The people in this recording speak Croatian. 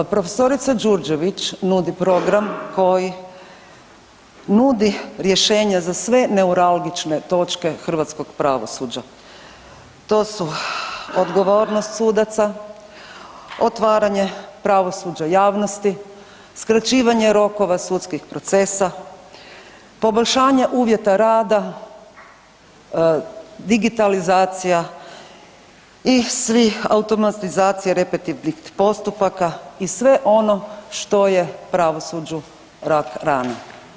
Prof. Đurđević nudi program koji nudi rješenja za sve neuralgične točke hrvatskog pravosuđa, to su odgovornost sudaca, otvaranje pravosuđa javnosti, skraćivanje rokova sudskih procesa, poboljšanje uvjeta rada, digitalizacija i svi automatizacija … postupaka i sve ono što je pravosuđu rak rana.